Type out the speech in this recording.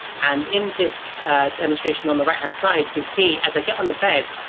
and in this demonstration on the right-hand side, you can see, as i get on the bed,